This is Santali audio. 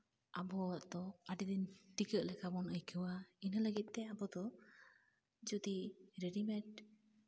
ᱟᱵᱚ ᱫᱚ ᱟᱹᱰᱤᱫᱤᱱ ᱴᱤᱠᱟᱹᱜ ᱞᱮᱠᱟ ᱵᱚᱱ ᱟᱹᱭᱠᱟᱹᱣᱟ ᱤᱱᱟᱹ ᱞᱟᱹᱜᱤᱫ ᱛᱮ ᱟᱵᱚ ᱫᱚ ᱡᱚᱫᱤ ᱨᱮᱰᱤᱢᱮᱰ